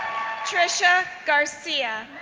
trisha garcia,